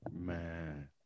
Man